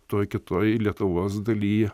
toj kitoj lietuvos daly